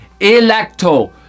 electo